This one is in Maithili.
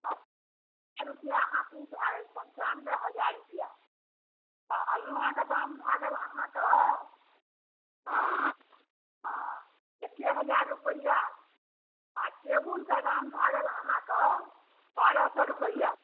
आ पाँच हजार पन्चानबे हजार रुपिआ आ अलनाके दाम भए गेल अहाँके हँ हँ एक्के हजार रुपैआ आ टेबुलके दाम भऽ गेल अहाँकेँ बारह सए रुपैआ